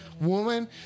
woman